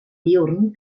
diürn